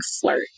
flirt